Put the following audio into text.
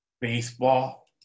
baseball